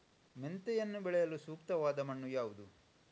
ಮೆಂತೆಯನ್ನು ಬೆಳೆಯಲು ಸೂಕ್ತವಾದ ಮಣ್ಣು ಯಾವುದು?